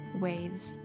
ways